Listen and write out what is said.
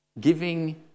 giving